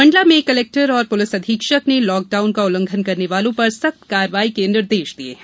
मंडला में कलेक्टर और पुलिस अधीक्षक ने लॉक डाउन का उल्लंघन करने वालों पर सख्त कार्रवाई के निर्देश दिये हैं